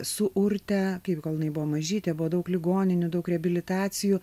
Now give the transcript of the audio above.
su urte kai gal jinai buvo mažytė buvo daug ligoninių daug reabilitacijų